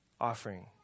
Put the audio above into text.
offering